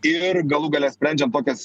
ir galų gale sprendžiant tokias